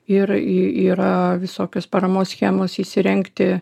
ir yra visokios paramos schemos įsirengti